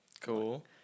Cool